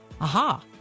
aha